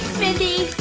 mindy